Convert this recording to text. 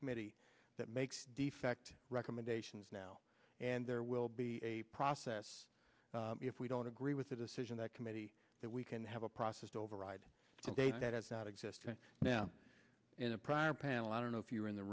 committee that makes defect recommendations now and there will be a process if we don't agree with a decision that committee that we can have a process to override to date that has not existed now in a prior panel i don't know if you are in the